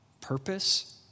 purpose